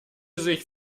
sich